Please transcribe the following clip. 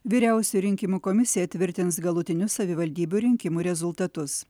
vyriausioji rinkimų komisija tvirtins galutinius savivaldybių rinkimų rezultatus